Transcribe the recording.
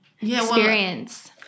experience